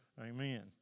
Amen